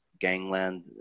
gangland